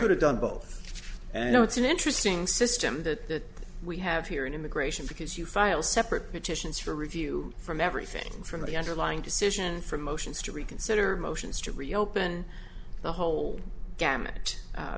could have done both and you know it's an interesting system that we have here in immigration because you file separate petitions for review from everything from the underlying decision from motions to reconsider motions to reopen the whole gamut